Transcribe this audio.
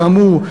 כאמור,